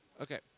Okay